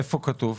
איפה זה כתוב?